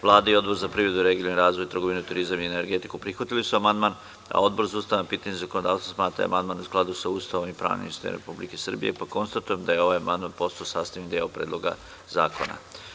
Vlada i Odbor za privredu , regionalni razvoj, trgovinu, turizam i energetiku, prihvatili su amandman, a Odbor za Ustavna pitanja i zakonodavstvo smatra da je amandman u skladu sa pravnim sistemom, pa konstatujem da je ovaj amandman postao sastavni deo predloga zakona.